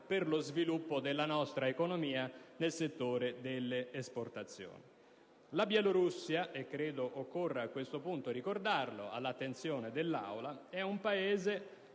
per lo sviluppo della nostra economia nel settore delle esportazioni. La Bielorussia - credo occorra a questo punto ricordarlo all'Aula - è un Paese